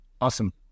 Awesome